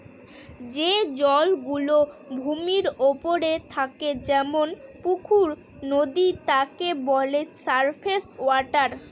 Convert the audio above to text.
যে জল গুলো ভূমির ওপরে থাকে যেমন পুকুর, নদী তাকে বলে সারফেস ওয়াটার